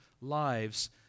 lives